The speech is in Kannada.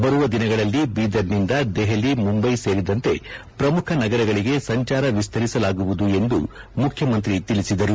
ಬರುವ ವಿನಗಳಲ್ಲ ಚೀದರ್ನಿಂದ ದೆಹಅ ಮುಂಬೈ ಸೇಲಿದಂತೆ ಪ್ರಮುಖ ನಗರಗಳಗೆ ಸಂಚಾರ ವಿಸ್ತಲಿಸಲಾರುವುದು ಎಂದು ಮುಖ್ಯಮಂತ್ರಿ ತಿಳಿಸಿದರು